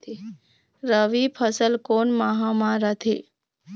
रबी फसल कोन माह म रथे?